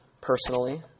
personally